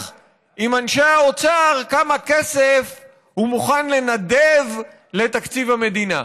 עם אנשי האוצר כמה כסף הוא מוכן לנדב לתקציב המדינה.